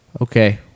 Okay